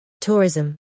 tourism